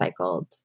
recycled